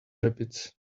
rabbits